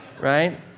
Right